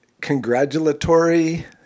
congratulatory